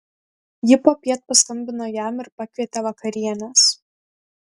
ji popiet paskambino jam ir pakvietė vakarienės